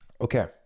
Okay